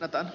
ota